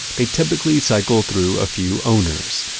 they typically cycle through a few owners,